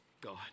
God